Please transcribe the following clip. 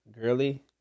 girly